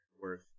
worth